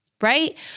right